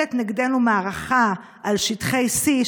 שמנהלת נגדנו מערכה על שטחי C,